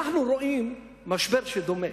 אנחנו רואים משבר דומה,